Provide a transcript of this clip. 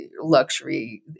luxury